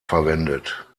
verwendet